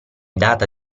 data